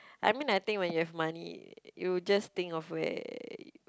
I mean I think when you have money you just think of where